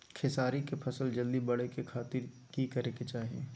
खेसारी के फसल जल्दी बड़े के खातिर की करे के चाही?